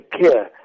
care